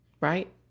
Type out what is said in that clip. right